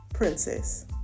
Princess